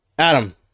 Adam